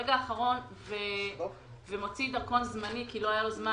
ברגע האחרון ומוציא דרכון זמני כי לא היה לו זמן